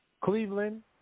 Cleveland